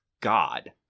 god